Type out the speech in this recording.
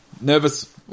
nervous